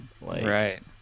Right